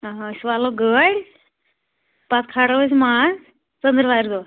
آ أسۍ والَو گٲڑۍ پتہٕ کھالو أسۍ ماز ژندٕروارِ دۄہ